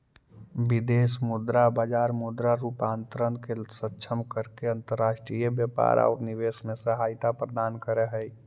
विदेश मुद्रा बाजार मुद्रा रूपांतरण के सक्षम करके अंतर्राष्ट्रीय व्यापार औउर निवेश में सहायता प्रदान करऽ हई